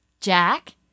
Jack